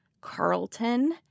Carlton